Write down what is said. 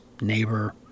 neighbor